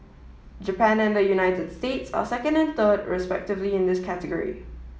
Japan and the United States are second and third respectively in this category